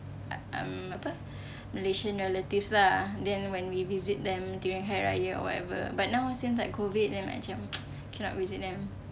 u~ um apa malaysian relatives lah then when we visit them during hari raya or whatever but now since like COVID cannot visit them